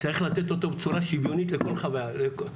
צריך לתת אותו בצורה שוויונית בכל רחבי הארץ.